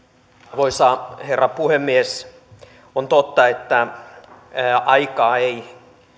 arvoisa herra puhemies on totta että aikaa ei